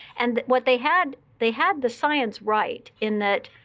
and what they had, they had the science right in that,